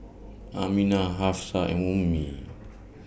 Aminah Hafsa and Ummi